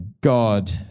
God